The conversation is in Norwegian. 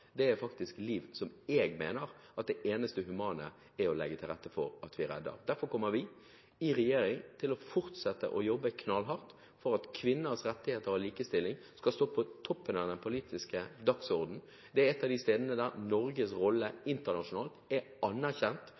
faktisk det eneste humane å legge til rette for. Derfor kommer vi i regjering til å fortsette å jobbe knallhardt for at kvinners rettigheter og likestilling skal stå på toppen av den politiske dagsordenen. Der er Norges rolle anerkjent internasjonalt. Norske NGO-er – frivillige organisasjoner – får mange tilbakemeldinger på at vi er